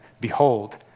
behold